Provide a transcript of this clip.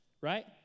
right